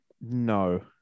No